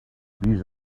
these